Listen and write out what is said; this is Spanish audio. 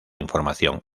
información